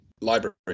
library